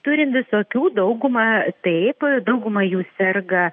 turi visokių dauguma taip dauguma jų serga